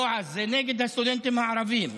בועז, זה נגד הסטודנטים הערבים.